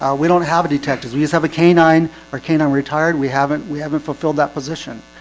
ah we don't have a detectives we just have a canine or canine retired. we haven't we haven't fulfilled that position